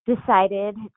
decided